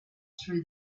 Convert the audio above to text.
through